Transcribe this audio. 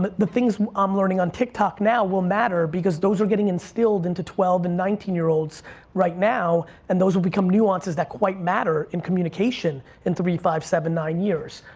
the things i'm learning on tiktok now will matter because those are getting instilled into twelve and nineteen year olds right now and those will become nuances that quite matter in communication in three, five, seven, nine years.